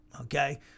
Okay